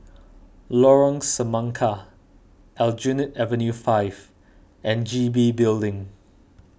Lorong Semangka Aljunied Avenue five and G B Building